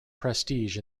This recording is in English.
prestige